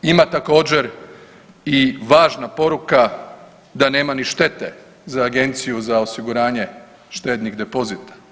Ima također i važna poruka da nema ni štete za Agenciju za osiguranje štednih depozita.